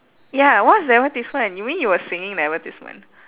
ya what's the advertisement you mean you were singing the advertisement